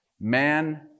Man